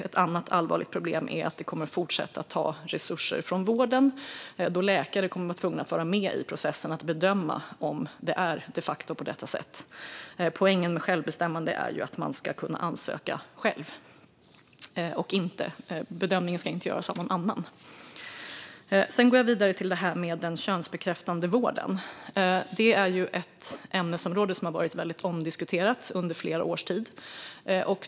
Ett annat allvarligt problem är att detta kommer att fortsätta att ta resurser från vården, då läkare kommer att vara tvungna att vara med i processen för att bedöma om det de facto är på detta sätt. Poängen med självbestämmande är ju att man ska kunna ansöka själv. Bedömningen ska inte göras av någon annan. Sedan går jag vidare till den könsbekräftande vården. Det är ett ämnesområde som har varit väldigt omdiskuterat under flera års tid.